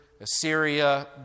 Assyria